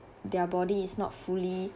their body is not fully